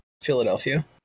Philadelphia